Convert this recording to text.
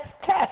test